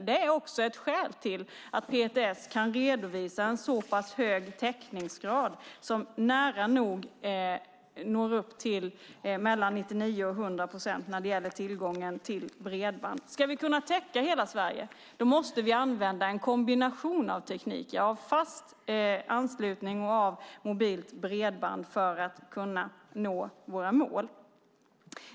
Det är också ett skäl till att PTS kan redovisa en så pass hög täckningsgrad som nära nog når upp till mellan 99 och 100 procent när det gäller tillgång till bredband. Ska vi kunna täcka hela Sverige måste vi använda en kombination av tekniker med fast anslutning och med mobilt bredband för att kunna nå våra mål.